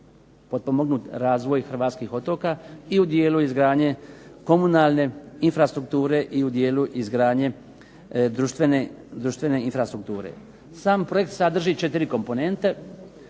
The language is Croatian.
potpomognut razvoj hrvatskih otoka i u dijelu izgradnje komunalne infrastrukture i u dijelu izgradnje društvene infrastrukture. Sam projekt sadrži 4 komponente.